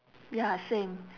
ya same